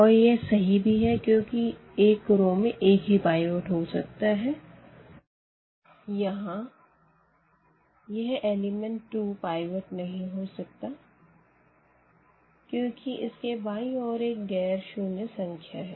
और यह सही भी है क्योंकि एक रो में एक ही पाइवट हो सकता है यहाँ 2 पाइवट नहीं हो सकता क्योंकि इसके बायीं और एक गैर शून्य संख्या है